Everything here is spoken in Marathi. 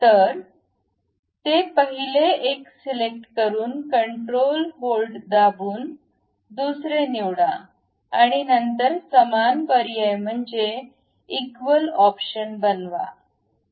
तर ते पहिले एक सिलेक्ट करून कंट्रोल होल्ड दाबून आणि दुसरे निवडा नंतर समान पर्याय म्हणजे इक्वल ऑप्शन बनवा